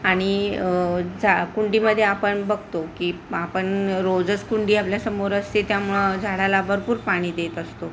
आणि झा कुंडीमध्ये आपण बघतो की आपण रोजच कुंडी आपल्यासमोर असते त्यामुळं झाडाला भरपूर पाणी देत असतो